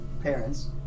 parents